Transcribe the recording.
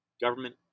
government